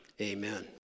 Amen